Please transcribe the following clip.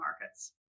markets